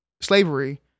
slavery